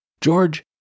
George